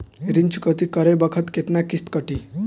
ऋण चुकौती करे बखत केतना किस्त कटी?